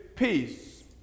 peace